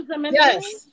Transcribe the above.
Yes